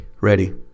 ready